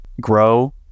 grow